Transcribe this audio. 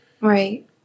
Right